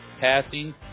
Passing